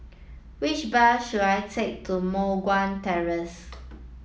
which bus should I take to Moh Guan Terrace